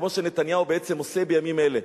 כמו שנתניהו בעצם עושה בימים אלה,